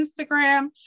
Instagram